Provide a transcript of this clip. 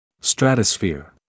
Stratosphere